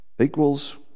equals